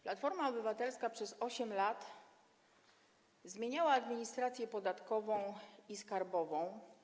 Platforma Obywatelska przez 8 lat zmieniała administrację podatkową i skarbową.